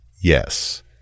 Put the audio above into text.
yes